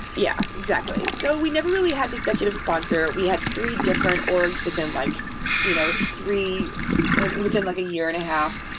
yeah, exactly. so we never really had executive sponsor. we had three different orgs within like you know three within like a year and a half.